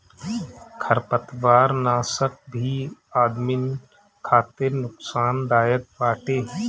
खरपतवारनाशक भी आदमिन खातिर नुकसानदायक बाटे